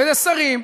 וזה שרים,